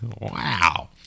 Wow